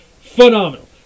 phenomenal